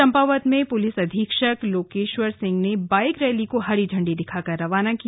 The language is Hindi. चंपावत में पुलिस अधीक्षक लोकेश्वर सिंह ने बाइक रैली को झंडी दिखाकर रवाना किया